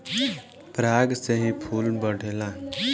पराग से ही फूल बढ़ेला